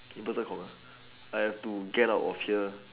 inverted comma I have to get out of here